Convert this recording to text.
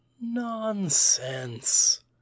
Nonsense